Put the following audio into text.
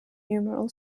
numeral